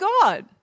God